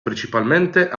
principalmente